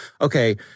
okay